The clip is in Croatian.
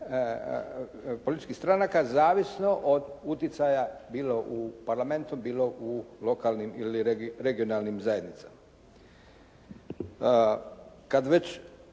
političkih stranaka zavisno od utjecaja bilo u Parlamentu, bilo u lokalnim ili regionalnim zajednicama. Kad već